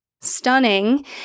stunning